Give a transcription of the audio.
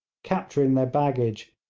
capturing their baggage,